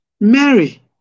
Mary